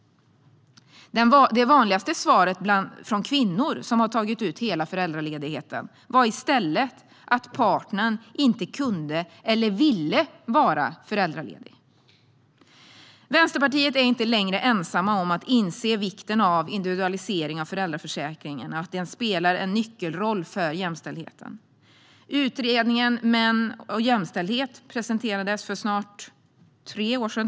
Det vanligaste svaret från kvinnor som tagit ut hela föräldraledigheten var i stället att partnern inte kunde eller ville vara föräldraledig. Vänsterpartiet är inte längre ensamt om att inse att en individualisering av föräldraförsäkringen spelar en nyckelroll för jämställdheten. Utredningen Män och jämställdhet presenterades för snart tre år sedan.